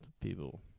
people